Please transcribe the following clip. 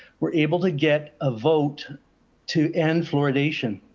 we're able to get a vote to end fluoridation,